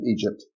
Egypt